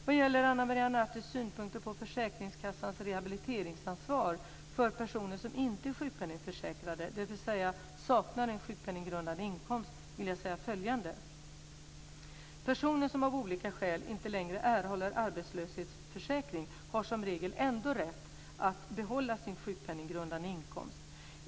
Vad gäller Ana Maria Nartis synpunkter på försäkringskassans rehabiliteringsansvar för personer som inte är sjukpenningförsäkrade, dvs. saknar en sjukpenninggrundande inkomst, vill jag säga följande: Personer som av olika skäl inte längre erhåller arbetslöshetsförsäkring har som regel ändå rätt att behålla sin sjukpenninggrundande inkomst.